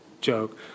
joke